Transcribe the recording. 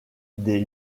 des